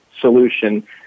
solution